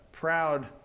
Proud